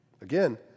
Again